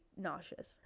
nauseous